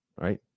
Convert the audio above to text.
right